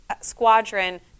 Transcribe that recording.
squadron